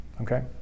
okay